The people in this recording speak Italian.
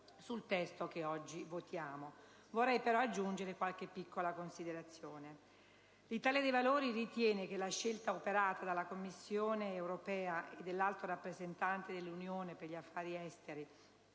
sul testo che oggi votiamo. Vorrei, però, aggiungere qualche piccola considerazione. L'Italia dei Valori ritiene che la scelta operata dalla Commissione europea e dall'Alto rappresentante dell'Unione per gli affari esteri